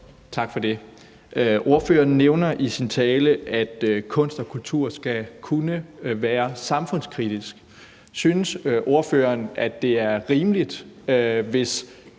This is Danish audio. Tak for det. Ordføreren nævner i sin tale, at kunst og kultur skal kunne være samfundskritisk. Synes ordføreren, at det er rimeligt, hvis